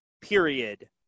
period